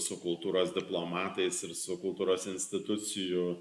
su kultūros diplomatais ir su kultūros institucijų